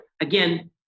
again